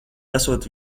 esot